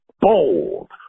bold